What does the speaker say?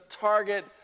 target